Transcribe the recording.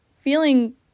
feeling